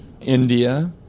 India